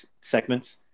segments